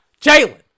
Jalen